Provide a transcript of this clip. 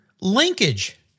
Linkage